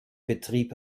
betrieb